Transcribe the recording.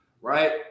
Right